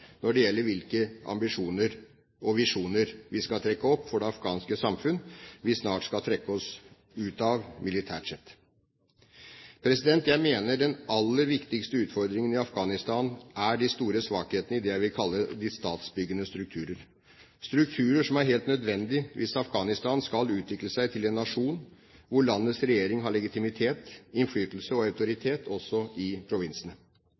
når det gjelder hvilke ambisjoner og visjoner vi skal trekke opp for det afghanske samfunn, som vi snart skal trekke oss ut av militært sett. Jeg mener at den aller viktigste utfordringen i Afghanistan er de store svakhetene i det jeg vil kalle de statsbyggende strukturer, strukturer som er helt nødvendig hvis Afghanistan skal utvikle seg til en nasjon hvor landets regjering har legitimitet, innflytelse og autoritet, også i provinsene,